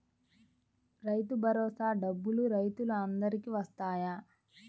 రైతు భరోసా డబ్బులు రైతులు అందరికి వస్తాయా?